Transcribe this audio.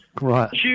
Right